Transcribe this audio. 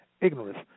ignorance